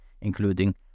including